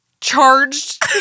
charged